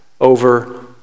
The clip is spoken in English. over